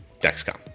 Dexcom